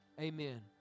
amen